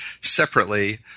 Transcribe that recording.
separately